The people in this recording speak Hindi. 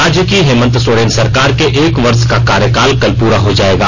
राज्य की हेमंत सोरेन सरकार के एक वर्ष का कार्यकाल कल पूरा हो जाएगा